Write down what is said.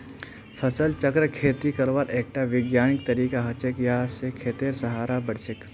फसल चक्र खेती करवार एकटा विज्ञानिक तरीका हछेक यहा स खेतेर सहार बढ़छेक